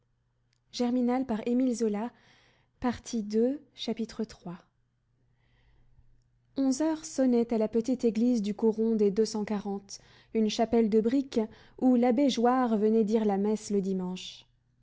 iii onze heures sonnaient à la petite église du coron des deux cent quarante une chapelle de briques où l'abbé joire venait dire la messe le dimanche